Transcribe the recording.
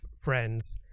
friends